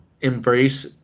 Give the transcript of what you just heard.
embrace